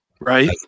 Right